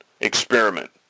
experiment